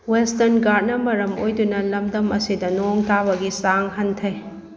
western ꯘꯥꯠꯅ ꯃꯔꯝ ꯑꯣꯏꯗꯨꯅ ꯂꯃꯗꯝ ꯑꯁꯤꯗ ꯅꯣꯡ ꯇꯥꯕꯒꯤ ꯆꯥꯡ ꯍꯟꯊꯩ